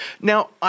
Now